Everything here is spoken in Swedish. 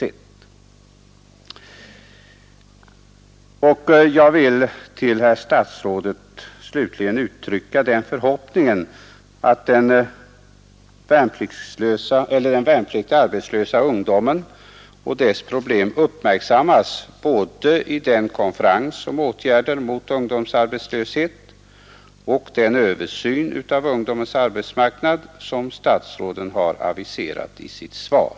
Jag vill till herr inrikesministern uttrycka den förhoppningen, att den värnpliktiga arbetslösa ungdomens problem uppmärksammas vid den konferens om åtgärder mot ungdomsarbetslöshet och den översyn av ungdomens arbetsmarknad som herr statsrådet har aviserat i sitt svar.